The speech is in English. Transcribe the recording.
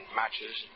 matches